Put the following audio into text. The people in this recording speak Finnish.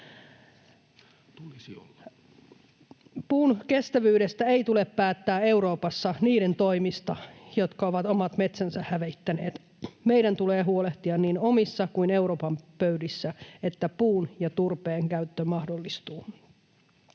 Puun kestävyydestä ei tule päättää Euroopassa niiden toimesta, jotka ovat omat metsänsä hävittäneet. Meidän tulee huolehtia niin omissa kuin Euroopan pöydissä, että puun ja turpeen käyttö mahdollistuu.